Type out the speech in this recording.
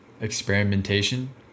experimentation